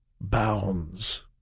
bounds